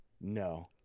No